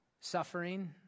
suffering